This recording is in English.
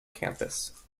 campus